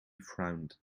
frowned